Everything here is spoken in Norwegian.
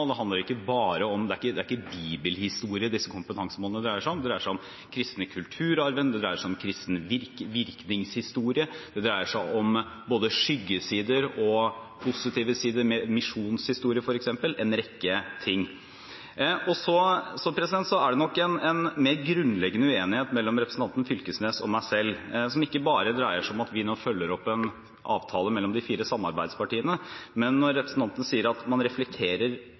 Det er ikke bibelhistorie disse kompetansemålene dreier seg om, det dreier seg om den kristne kulturarven, det dreier seg om kristen virkningshistorie, det dreier seg om både skyggesider og positive sider, misjonshistorie f.eks. – en rekke ting. Det er nok en mer grunnleggende uenighet mellom representanten Knag Fylkesnes og meg som ikke bare dreier seg om at vi nå følger opp en avtale mellom de fire samarbeidspartiene. Representanten sier at man reflekterer